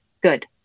good